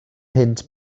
punt